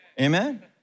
Amen